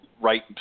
right